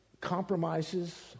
compromises